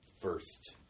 first